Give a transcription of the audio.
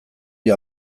dio